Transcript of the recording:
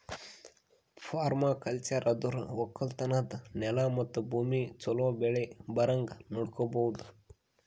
permaculture ಅಂದುರ್ ಒಕ್ಕಲತನದ್ ನೆಲ ಮತ್ತ ಭೂಮಿಗ್ ಛಲೋ ಬೆಳಿ ಬರಂಗ್ ನೊಡಕೋಮದ್